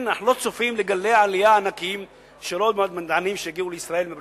אנחנו לא צופים גלי עלייה ענקיים של עוד מדענים מברית-המועצות